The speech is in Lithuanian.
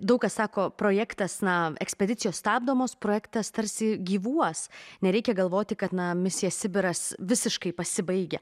daug kas sako projektas na ekspedicijos stabdomos projektas tarsi gyvuos nereikia galvoti kad na misija sibiras visiškai pasibaigia